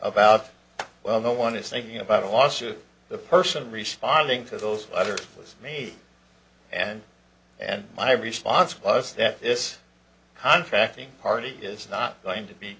about well no one is thinking about a lawsuit the person responding to those letters was me and and my response was that this contracting party is not going to be